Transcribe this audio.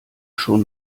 schon